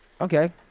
Okay